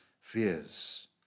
Fears